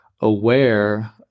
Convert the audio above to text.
aware